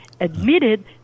admitted